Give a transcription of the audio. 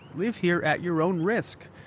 live here at your own risk.